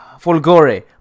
Folgore